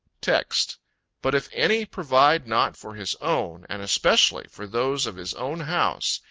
text but if any provide not for his own, and especially for those of his own house,